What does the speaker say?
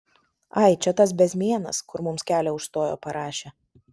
ai čia tas bezmėnas kur mums kelią užstojo parašė